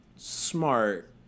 smart